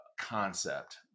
concept